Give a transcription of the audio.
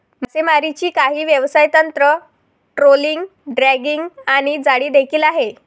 मासेमारीची काही व्यवसाय तंत्र, ट्रोलिंग, ड्रॅगिंग आणि जाळी देखील आहे